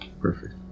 Perfect